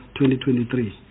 2023